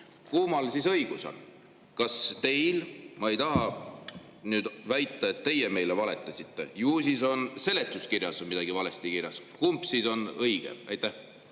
Kummal siis õigus on? Kas teil? Ma ei taha nüüd väita, et teie meile valetasite, ju siis on seletuskirjas midagi valesti kirjas. Kumb [väide] on siis õige? Aitäh!